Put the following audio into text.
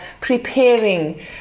preparing